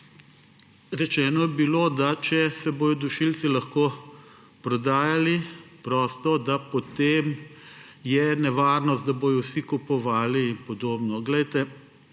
rečeno je bilo, da če se bodo dušilci lahko prodajali prosto, da potem je nevarnost, da bodo vsi kupovali in podobno.